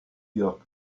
york